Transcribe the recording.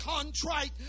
contrite